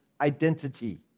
identity